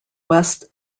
west